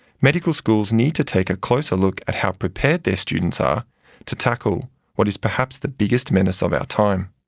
medical schools need to take a closer look at how prepared their students are to tackle what is perhaps the biggest menace of our time.